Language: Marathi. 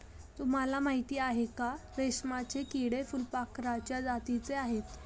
तुम्हाला माहिती आहे का? रेशमाचे किडे फुलपाखराच्या जातीचे आहेत